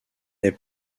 est